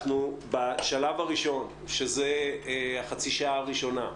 אנחנו בשלב הראשון, שזה החצי השעה הראשונה,